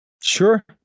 Sure